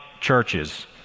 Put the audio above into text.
churches